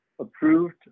approved